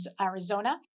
Arizona